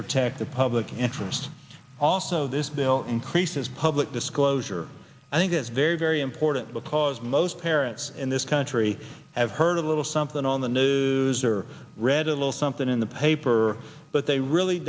protect the public interest also this bill increases public disclosure i think is very very important because most parents in this country have heard a little something on the news or read a little something in the paper but they really